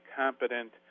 competent